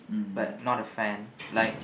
but not a fan like